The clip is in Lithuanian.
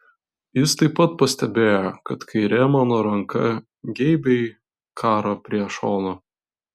jis taip pat pastebėjo kad kairė mano ranka geibiai karo prie šono